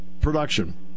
production